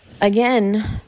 again